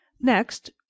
next